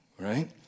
right